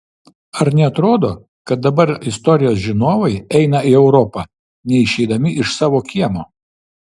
ar neatrodo kad dabar istorijos žinovai eina į europą neišeidami iš savo kiemo